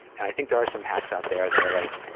and i think there are some hacks out there that are like,